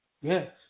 yes